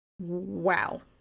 wow